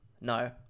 No